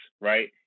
right